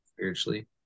spiritually